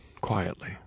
quietly